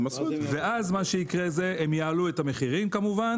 ואז מה שיקרה זה שהם יעלו את המחירים כמובן